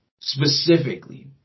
specifically